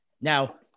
Now